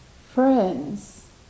friends